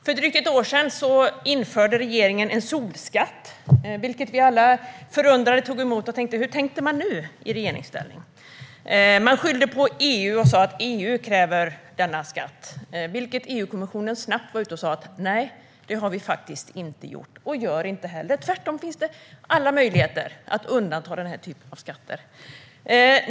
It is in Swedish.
För drygt ett år sedan införde regeringen en solskatt. Det beskedet tog vi alla förundrade emot. Vi tänkte: Hur tänkte man nu i regeringsställning? Man skyllde på EU och sa att EU kräver denna skatt. EU-kommissionen var snabbt ute och sa: Nej, det har vi faktiskt inte gjort, och vi gör det inte heller. Tvärtom finns det alla möjligheter att undanta den här typen av skatter.